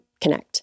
connect